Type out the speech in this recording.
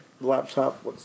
laptop